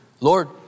Lord